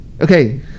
Okay